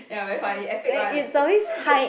ya very funny and fake one it's too good